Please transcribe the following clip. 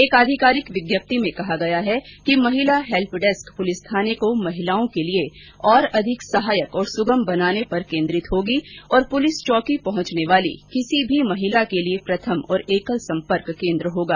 एक आधिकारिक विज्ञप्ति में कहा गया है कि महिला हेल्प डेस्क प्रलिस थाने को महिलाओं के लिए और अधिक सहायक और सुगम बनाने पर केन्द्रित होगी और पुलिस चौकी पहुंचने वाली किसी महिला के लिए प्रथम और एकल सम्पर्क केंद्र होगा